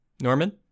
Norman